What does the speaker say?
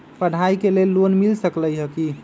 पढाई के लेल लोन मिल सकलई ह की?